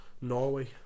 Norway